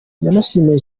yanashimiye